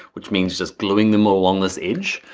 which means just blowing them along this edge,